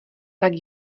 tak